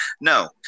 No